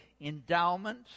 endowment